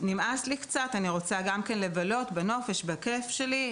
נמאס לי קצת, אני גם רוצה לבלות בנופש, בכייף שלי?